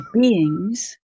beings